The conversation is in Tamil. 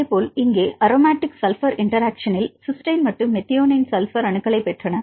அதேபோல் இங்கே அரோமாட்டிக் சல்பர் இன்டெராக்ஷனில் சிஸ்டைன் மற்றும் மெத்தியோனைனின் சல்பர் அணுக்களைப் பெற்றன